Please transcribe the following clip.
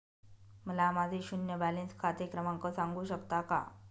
मला माझे शून्य बॅलन्स खाते क्रमांक सांगू शकता का?